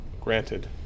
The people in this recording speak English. Granted